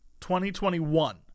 2021